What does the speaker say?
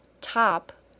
top